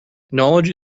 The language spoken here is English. knowledge